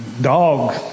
Dog